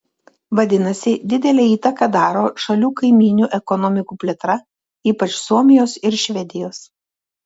vadinasi didelę įtaką daro šalių kaimynių ekonomikų plėtra ypač suomijos ir švedijos